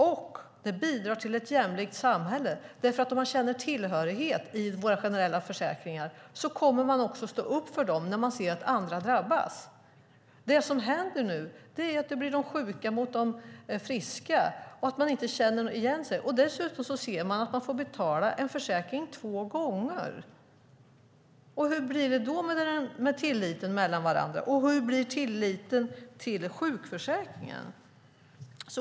Och det bidrar till ett jämlikt samhälle, för om man känner tillhörighet i våra generella försäkringar kommer man också att stå upp för dem när man ser att andra drabbas. Det som händer nu är att det blir de sjuka mot de friska och att man inte känner igen sig. Dessutom ser man att man får betala en försäkring två gånger. Hur blir det då med tilliten till varandra? Och hur blir tilliten till sjukförsäkringen?